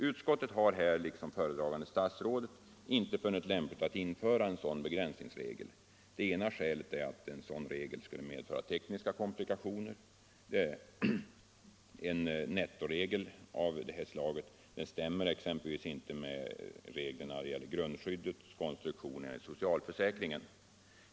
Utskottet har, liksom föredragande statsrådet, inte funnit lämpligt att införa en sådan begränsningsregel. Det ena skälet är att den skulle medföra tekniska komplikationer. En nettoregel av detta slag stämmer exempelvis inte med reglerna för grundskyddets konstruktion enligt socialförsäkringen.